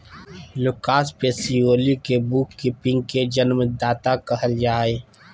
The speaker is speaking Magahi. लूकास पेसियोली के बुक कीपिंग के जन्मदाता कहल जा हइ